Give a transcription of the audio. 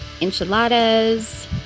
enchiladas